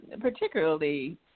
particularly